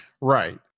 Right